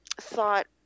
thought